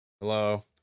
Hello